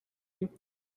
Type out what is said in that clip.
you